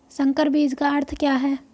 संकर बीज का अर्थ क्या है?